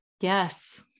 Yes